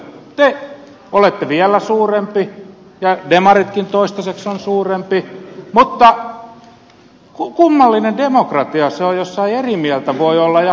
te olette vielä suurempi ja demaritkin toistaiseksi ovat suurempi mutta kummallinen demokratia se on jossa ei eri mieltä voi olla ja haastaa